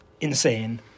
insane